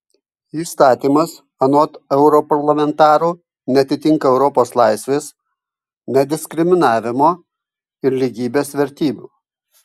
įstatymas anot europarlamentarų neatitinka europos laisvės nediskriminavimo ir lygybės vertybių